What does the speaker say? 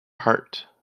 heart